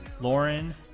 Lauren